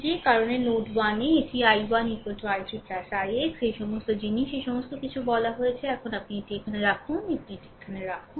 যে কারণে নোড 1 এ এটি i1 i3 ix এই সমস্ত জিনিস এই সমস্ত কিছু বলা হয়েছে এখন আপনি এটি এখানে রাখুন এখন আপনি এটি এখানে রাখুন